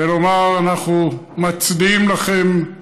ולומר: אנחנו מצדיעים לכם,